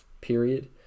period